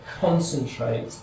concentrate